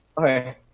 okay